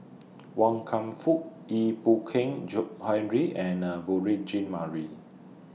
Wan Kam Fook Ee Boon Keng Henry and A Beurel Jean Marie